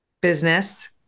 business